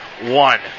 one